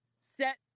set